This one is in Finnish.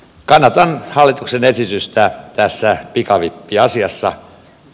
kannatan hallituksen esitystä tässä pikavippiasiassa